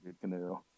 canoe